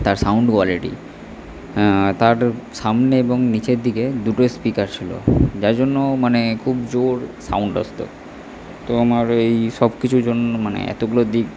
তার sound quality তার সামনে এবং নিচের দিকে দুটো স্পিকার ছিল যার জন্য মানে খুব জোর সাউন্ড আসত তো আমার এইসব কিছুর জন্য মানে এতগুলো দিক